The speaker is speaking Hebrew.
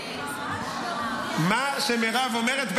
מה שמירב אומרת,